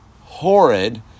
Horrid